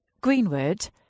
Greenwood